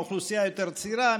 האוכלוסייה יותר צעירה,